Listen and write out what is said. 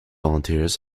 volunteers